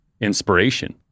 inspiration